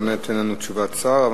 באמת אין לנו תשובת שר.